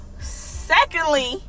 Secondly